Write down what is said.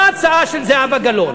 מה ההצעה של זהבה גלאון?